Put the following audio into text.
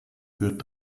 führt